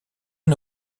est